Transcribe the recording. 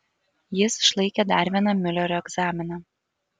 jis išlaikė dar vieną miulerio egzaminą